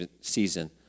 season